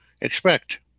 expect